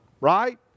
Right